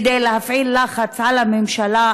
כדי להפעיל לחץ על הממשלה,